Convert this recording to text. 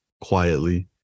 quietly